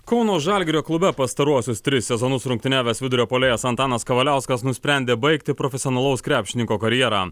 kauno žalgirio klube pastaruosius tris sezonus rungtyniavęs vidurio puolėjas antanas kavaliauskas nusprendė baigti profesionalaus krepšininko karjerą